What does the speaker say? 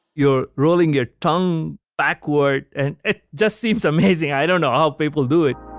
you're rolling your tongue backward, and it just seems amazing. i don't know how people do it